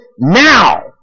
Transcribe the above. now